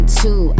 two